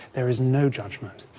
there is no judgment,